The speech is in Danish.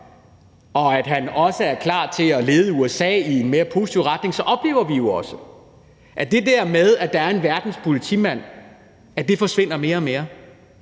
og at han også er klar til at lede USA i en mere positiv retning, så oplever vi jo også, at det der med, at der er en verdens politimand, forsvinder mere og mere,